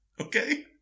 Okay